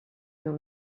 dans